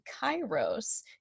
kairos